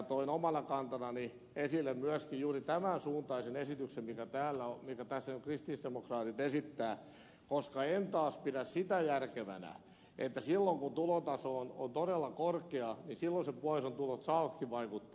toin omana kantanani esille myöskin juuri tämän suuntaisen esityksen mitä täällä on hyvä pääsee ristissä tässä nyt kristillisdemokraatit esittävät koska en taas pidä sitä järkevänä että silloin kun tulotaso on todella korkea sen puolison tulot saavatkin vaikuttaa